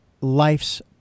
life's